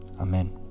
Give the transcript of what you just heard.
Amen